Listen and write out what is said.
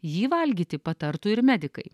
jį valgyti patartų ir medikai